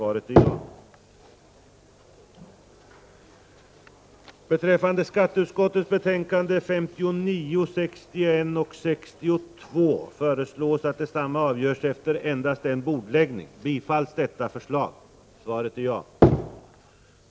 Voteringarna äger rum i ett sammanhang efter avslutad debatt.